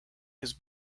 his